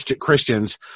Christians